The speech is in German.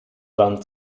wand